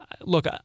look